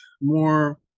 more